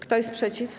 Kto jest przeciw?